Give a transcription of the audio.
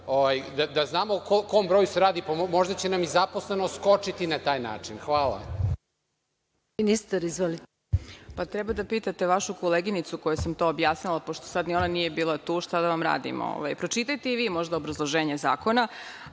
da znamo o kom broju se radi, pa možda će nam i zaposlenost skočiti na taj način. Hvala